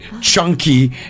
chunky